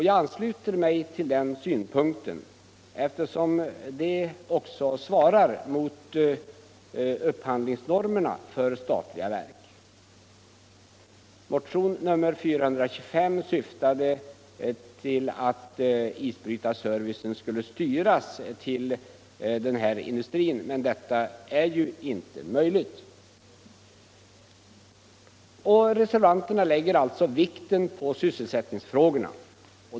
Jag ansluter mig till den synpunkten, eftersom detta svarar mot upphandlingsnormerna för statliga verk. Avsikten med motionen nr 425 var att isbrytarservicen skulle styras till denna industri, men detta är ju inte möjligt. Reservanterna lägger alltså vikten på sysselsättningsfrågorna.